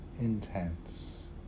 intense